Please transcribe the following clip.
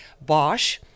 Bosch